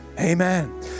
amen